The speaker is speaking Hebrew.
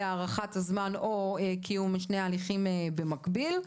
הארכת הזמן או קיום שני ההליכים במקביל.